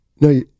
No